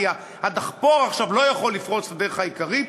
כי הדחפור עכשיו לא יכול לפרוץ את הדרך העיקרית,